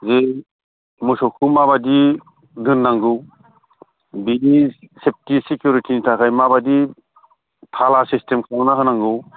जि मोसौखौ माबादि दोननांगौ बिनि सेफटि सेकुरिटिनि थाखाय माबादि थाला सिसटेम बहनना होनांगौ